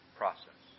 process